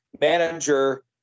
manager